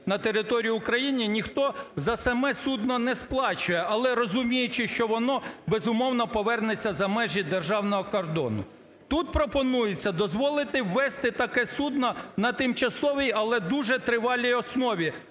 на територію України ніхто за саме судно не сплачує, але, розуміючи, що воно, безумовно, повернеться за межі державного кордону. Тут пропонується дозволити ввести таке судно на тимчасовій, але дуже тривалій основі,